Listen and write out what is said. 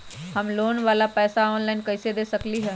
हम लोन वाला पैसा ऑनलाइन कईसे दे सकेलि ह?